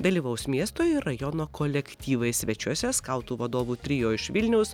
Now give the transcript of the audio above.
dalyvaus miesto ir rajono kolektyvai svečiuose skautų vadovų trio iš vilniaus